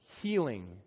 healing